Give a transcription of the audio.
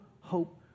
hope